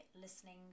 listening